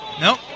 Nope